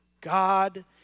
God